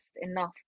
enough